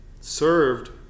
served